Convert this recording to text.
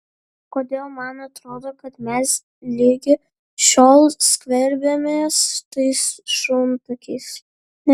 kodėl man atrodo kad mes ligi šiol skverbiamės tais šuntakiais